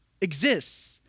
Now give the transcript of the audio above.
exists